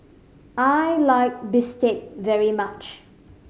I like bistake very much